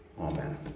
Amen